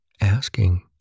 asking